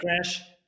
crash